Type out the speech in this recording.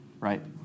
right